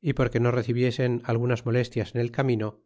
y porque no recibiesen algunas molestias en el camino